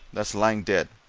that's lying dead